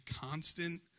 constant